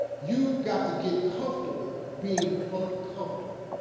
you got to get comfortable being uncomfortable.